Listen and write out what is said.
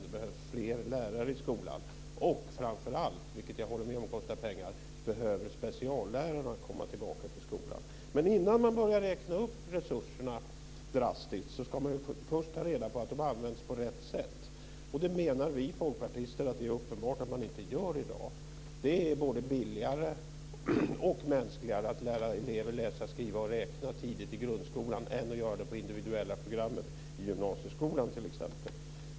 Det behövs fler lärare i skolan. Och framför allt - vilket jag håller med om kostar pengar - behöver speciallärarna komma tillbaka till skolan. Men innan man börjar räkna upp resurserna drastiskt ska man först ta reda på att de används på rätt sätt. Det menar vi folkpartister är uppenbart att man inte gör i dag. Det är både billigare och mänskligare att lära elever läsa, skriva och räkna tidigt i grundskolan än att göra det t.ex. på det individuella programmet i gymnasieskolan.